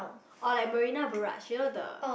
or like Marina-Barrage you know the